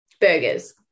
burgers